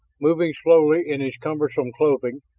moving slowly in his cumbersome clothing,